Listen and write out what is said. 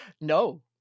No